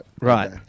Right